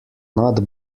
not